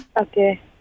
okay